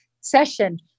session